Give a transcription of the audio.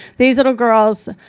these little girls,